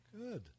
Good